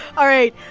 all right.